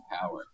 power